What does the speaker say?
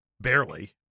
barely